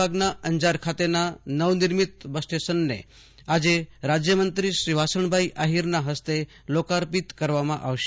વિભાગના અંજાર ખાતેના નવનિર્મિત બસ સ્ટેશનને આજે રાજયમંત્રી શ્રી વાસણભાઈ આહિરના હસ્તે લોકાપર્ણ કરવામાં આવશે